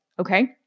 okay